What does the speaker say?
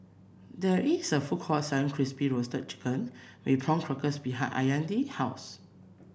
there is a food court selling Crispy Roasted Chicken with Prawn Crackers behind Illya's house